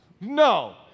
No